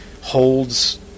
holds